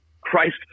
Christ